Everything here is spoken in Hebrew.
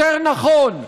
יותר נכון,